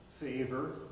favor